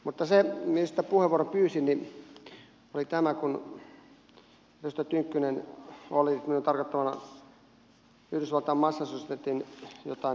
mutta syy siihen miksi puheenvuoron pyysin oli tämä kun edustaja tynkkynen oletit minun tarkoittavan jotain yhdysvaltain massachusettsin esimerkkiä